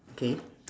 K